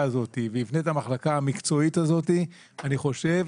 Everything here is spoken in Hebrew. הזאת ויבנו את המחלקה המקצועית הזאת אני חושב